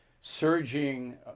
surging